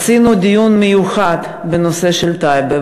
עשינו דיון מיוחד בנושא של טייבה,